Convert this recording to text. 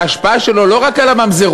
וההשפעה שלו היא לא רק על הממזרות,